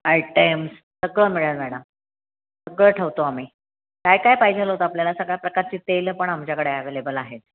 items सगळं मिळेल madam सगळं ठेवतो आम्ही काय काय पाहिजेल होतं आपल्याला सगळ्या प्रकारची तेलं पण आमच्याकडे ॲवेलेबल आहेत